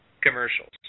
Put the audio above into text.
commercials